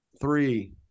three